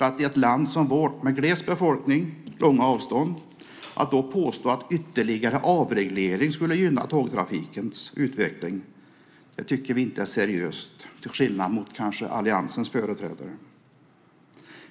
Att i ett land som vårt, glest befolkat och med långa avstånd, påstå att ytterligare avreglering skulle gynna tågtrafikens utveckling tycker vi inte är seriöst, till skillnad kanske från alliansens företrädare.